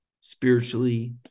spiritually